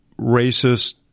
racist